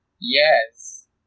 Yes